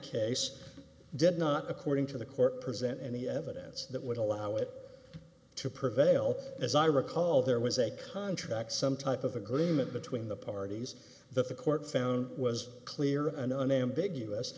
case did not according to the court present any evidence that would allow it to prevail as i recall there was a contract some type of agreement between the parties that the court found was clear and unambiguous